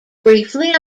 briefly